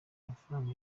amafaranga